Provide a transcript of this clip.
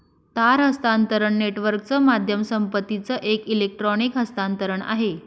तार हस्तांतरण नेटवर्कच माध्यम संपत्तीचं एक इलेक्ट्रॉनिक हस्तांतरण आहे